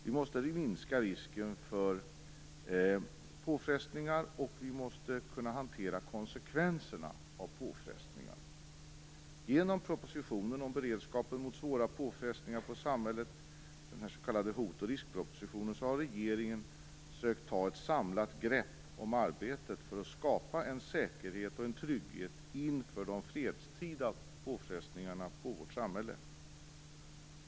Vi måste minska risken för påfrestningar, och vi måste kunna hantera konsekvenserna av påfrestningar. Genom propositionen om beredskapen mot svåra påfrestningar på samhället, den s.k. hot och riskpropositionen, har regeringen sökt ta ett samlat grepp om arbetet för att skapa en säkerhet och en trygghet inför de fredstida påfrestningarna på vårt samhälle.